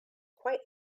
quite